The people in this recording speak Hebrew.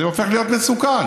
זה הופך להיות מסוכן.